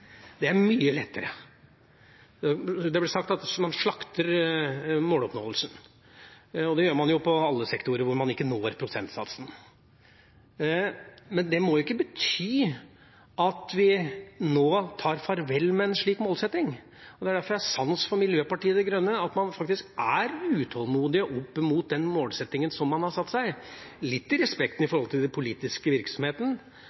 Det er mye lettere. Det er blitt sagt at man slakter måloppnåelsen – og det gjør man jo i alle sektorer hvor man ikke når prosentsatsen – men det må ikke bety at vi nå tar farvel med en slik målsetting. Derfor har jeg sans for Miljøpartiet De Grønne, for at de er utålmodige når det gjelder det målet man har satt seg – litt i